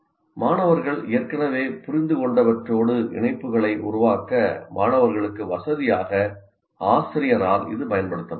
மாணவர்கள் ஏற்கனவே புரிந்துகொண்டவற்றோடு இணைப்புகளை உருவாக்க மாணவர்களுக்கு வசதியாக ஆசிரியரால் இது பயன்படுத்தப்படலாம்